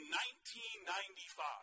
1995